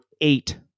eight